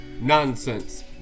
Nonsense